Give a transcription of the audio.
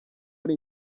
ari